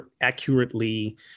accurately